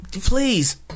please